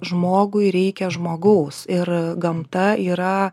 žmogui reikia žmogaus ir gamta yra